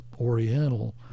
Oriental